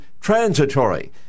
transitory